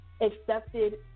accepted